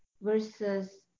versus